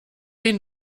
ihn